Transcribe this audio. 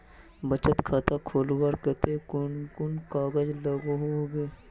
बचत खाता खोलवार केते कुन कुन कागज लागोहो होबे?